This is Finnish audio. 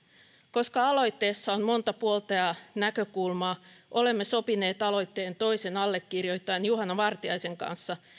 koska aloitteessa on monta puolta ja näkökulmaa olemme sopineet aloitteen toisen allekirjoittajan juhana vartiaisen kanssa